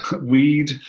weed